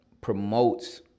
promotes